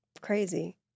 crazy